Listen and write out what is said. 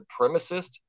supremacist